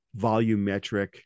volumetric